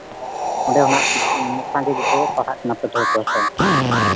ᱚᱸᱰᱮ ᱦᱚᱸ ᱦᱟᱸᱜ ᱥᱟᱸᱜᱮ ᱜᱮᱠᱚ ᱯᱟᱲᱦᱟᱜ ᱠᱟᱱᱟ ᱯᱟᱹᱴᱷᱩᱣᱟᱹ ᱠᱚ ᱥᱮ